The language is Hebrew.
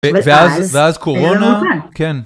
ואז קורונה כן.